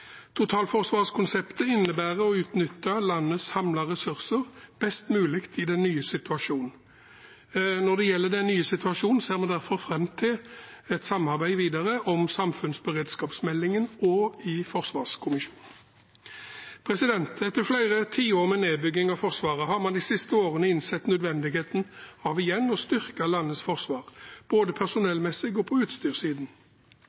Totalforsvarskonseptet innebærer å utnytte landets samlede ressurser best mulig i den nye situasjonen. Når det gjelder den nye situasjonen, ser vi derfor fram til et samarbeid videre om samfunnsberedskapsmeldingen og i Forsvarskommisjonen. Etter flere tiår med nedbygging av Forsvaret har man de siste årene innsett nødvendigheten av igjen å styrke landets forsvar, både